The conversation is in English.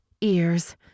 ears